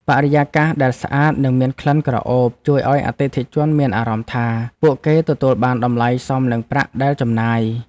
បរិយាកាសដែលស្អាតនិងមានក្លិនក្រអូបជួយឱ្យអតិថិជនមានអារម្មណ៍ថា ពួកគេទទួលបានតម្លៃសមនឹងប្រាក់ដែលចំណាយ។